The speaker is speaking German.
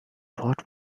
port